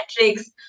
metrics